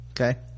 okay